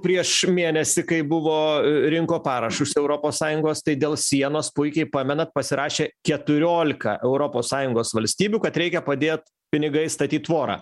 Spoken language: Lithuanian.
prieš mėnesį kai buvo rinko parašus europos sąjungos tai dėl sienos puikiai pamenat pasirašė keturiolika europos sąjungos valstybių kad reikia padėt pinigais statyt tvorą